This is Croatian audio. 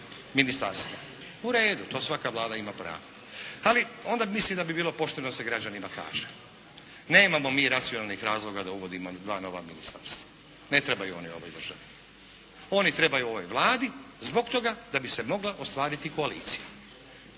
U redu, to svaka Vlada ima pravo. Ali onda mislim da bi bilo pošteno da se građanima kaže. Nemamo mi racionalnih razloga da uvodimo dva nova ministarstva, ne trebaju oni ovoj državi. Oni trebaju ovoj Vladi zbog toga da bi se mogla ostvariti koalicija.